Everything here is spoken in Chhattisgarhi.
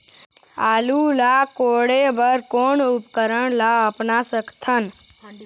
आलू ला कोड़े बर कोन उपकरण ला अपना सकथन?